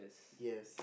yes